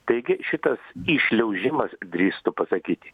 taigi šitas įšliaužimas drįstu pasakyti